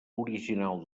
original